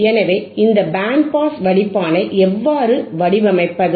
எனவே இந்த band pass வடிப்பானை எவ்வாறு வடிவமைப்பது